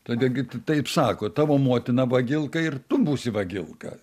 todėl kiti taip sako tavo motina vagilka ir tu būsi vagilka